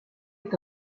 est